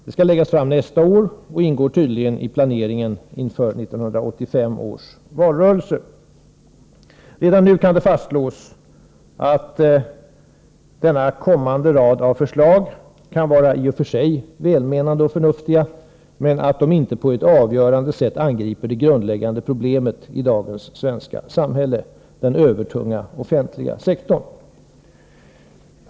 Det skall läggas fram nästa år och ingår tydligen i planeringen inför 1985 års valrörelse. Redan nu kan det fastslås att denna kommande rad av förslag i och för sig kan vara välmenande och förnuftiga men att de inte på något avgörande sätt angriper det grundläggande problemet i dagens svenska samhälle — den övertunga offentliga sektorn.